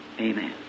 Amen